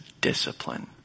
discipline